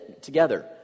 together